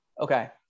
Okay